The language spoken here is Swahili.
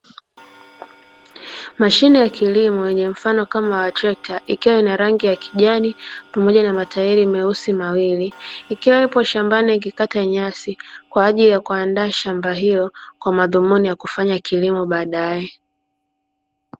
Mashine ya kilimo yenye mfano kama wa trekta ikiwa na rangi ya kijani pamoja na matairi meusi mawili, ikiwa ipo shambani ikikata nyasi kwa ajili ya kuandaa shamba hilo kwa madhumuni ya kufanya kilimo baadae.